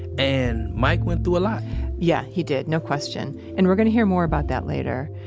and mike went through a lot yeah, he did. no question. and we're gonna hear more about that later.